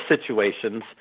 situations